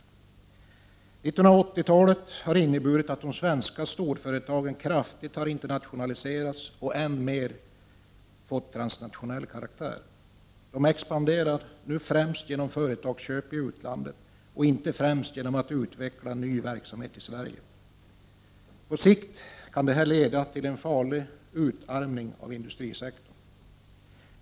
1980-talet har inneburit att de svenska storföretagen kraftigt internationaliserats och fått än mer transnationell karaktär. De expanderar nu framför allt genom företagsköp i utlandet och inte främst genom att utveckla ny verksamhet i Sverige. På sikt kan det leda till en farlig utarmning av industrisektorn.